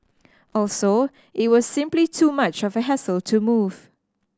also it was simply too much of a hassle to move